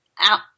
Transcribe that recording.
out